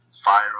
fire